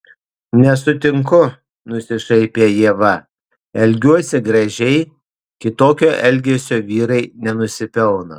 nesutinku nusišaipė ieva elgiuosi gražiai kitokio elgesio vyrai nenusipelno